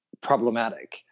problematic